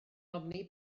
ofni